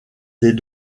des